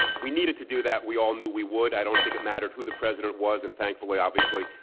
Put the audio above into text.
we needed to do that. we all knew we would. i don't think it mattered who the president was, and thankfully, obviously,